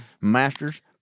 Masters